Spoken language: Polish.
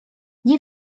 nie